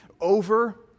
over